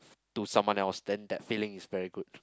to someone else then that feeling is very good